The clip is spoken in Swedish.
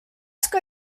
ska